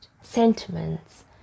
sentiments